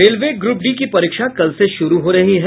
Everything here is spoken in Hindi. रेलवे ग्रुप डी की परीक्षा कल से शुरू हो रही है